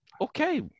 Okay